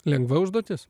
lengva užduotis